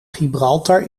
gibraltar